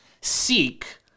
seek